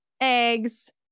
eggs